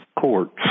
courts